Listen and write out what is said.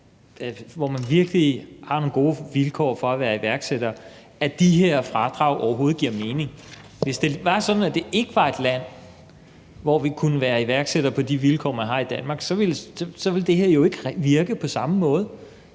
hvor man virkelig har nogle gode vilkår for at være iværksætter, at de her fradrag overhovedet giver mening. Hvis det var sådan, at vi ikke var et land, hvor man kunne være iværksætter på de vilkår, man har i Danmark, så ville det her jo ikke virke på samme måde.